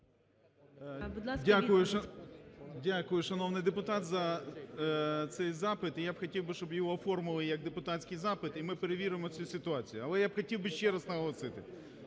Дякую, шановний депутат, за цей запит. І я б хотів би, щоб його оформили як депутатський запит і ми перевіримо оцю ситуацію. Але я б хотів би ще раз наголосити,